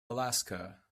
alaska